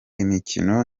imikino